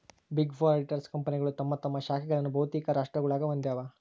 big four auditors ಕಂಪನಿಗಳು ತಮ್ಮ ತಮ್ಮ ಶಾಖೆಗಳನ್ನು ಬಹುತೇಕ ರಾಷ್ಟ್ರಗುಳಾಗ ಹೊಂದಿವ